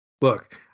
look